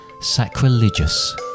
sacrilegious